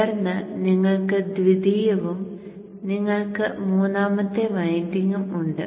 തുടർന്ന് നിങ്ങൾക്ക് ദ്വിതീയവും നിങ്ങൾക്ക് മൂന്നാമത്തെ വൈൻഡിംഗും ഉണ്ട്